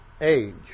age